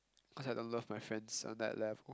cause I don't love my friends on that level